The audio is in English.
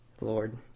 Lord